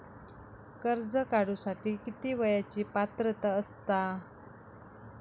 कर्ज काढूसाठी किती वयाची पात्रता असता?